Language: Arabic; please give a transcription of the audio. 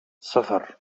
صفر